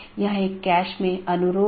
तो यह एक पूर्ण meshed BGP सत्र है